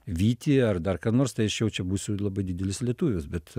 vytį ar dar ką nors tai aš jau čia būsiu labai didelis lietuvis bet